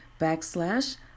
backslash